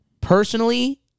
Personally